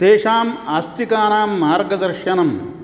तेषाम् आस्तिकानां मार्गदर्शनं